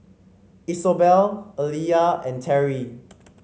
Isobel Alia and Teri